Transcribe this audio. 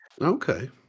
Okay